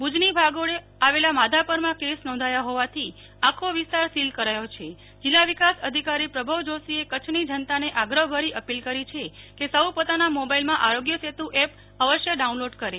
ભૂજ ની ભાગોળે આવેલા માધાપર માં કેસ નોંધાયા હોવાથી આખો વિસ્તાર સિલ કરાયો છેજિલ્લા વિકાસ અધિકારી પ્રભાવ જોશીએ કચ્છ ની જનતા ને આગ્રહભરી અપીલ કરી છે કે સૌ પોતાના પોતાના મોબાઈલ માં આરોગ્ય સેતુ એપ અવશ્ય ડાઉનલોડ કરે